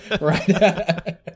Right